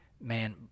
man